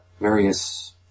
various